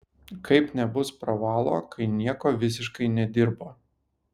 kaip nebus pravalo kai nieko visiškai nedirbo